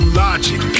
logic